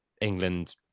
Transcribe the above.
England